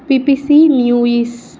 BBC news